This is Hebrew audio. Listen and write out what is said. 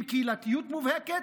עם קהילתיות מובהקת,